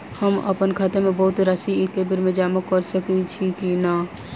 हम अप्पन खाता मे बहुत राशि एकबेर मे जमा कऽ सकैत छी की नै?